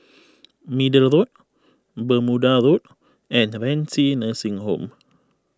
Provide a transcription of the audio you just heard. Middle Road Bermuda Road and Renci Nursing Home